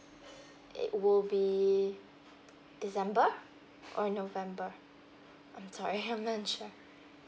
it will be december or november I'm sorry I'm not sure